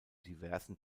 diversen